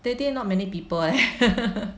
that day not many people eh